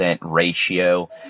ratio